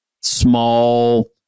small